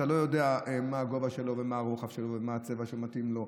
אתה לא יודע מה הגובה שלו ומה הרוחב שלו ומה הצבע שמתאים לו.